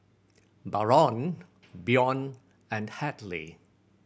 Barron Bjorn and Hadley